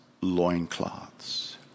loincloths